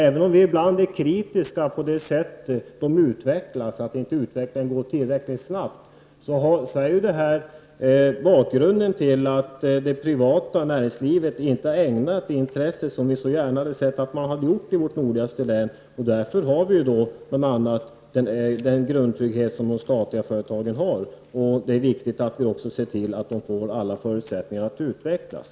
Även om vi ibland är kritiska till det sätt på vilket de utvecklas — och tycker att utvecklingen inte går tillräckligt snabbt — så är ju bakgrunden att det privata näringslivet inte har ägnat vårt nordligaste län det intresse som vi så gärna hade sett. Då har vi bl.a. den grundtrygghet som de statliga företagen innebär, och det är viktigt att vi också ser till att de får alla förutsättningar att utvecklas.